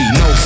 no